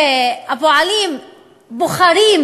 והפועלים בוחרים,